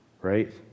right